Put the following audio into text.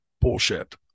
bullshit